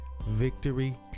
Victory